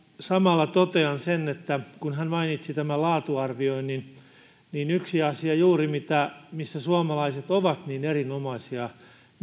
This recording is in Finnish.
samalla totean sen kun hän mainitsi tämän laatuarvioinnin että yhdessä asiassa juuri suomalaiset ovat niin erinomaisia